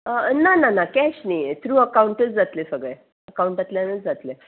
ना ना ना कॅश न्ही थ्रू अकावंटच जातलें सगळें अकावंटांतल्यानूच जातलें